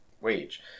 wage